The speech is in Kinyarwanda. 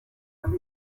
kure